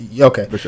Okay